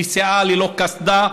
נסיעה ללא קסדה,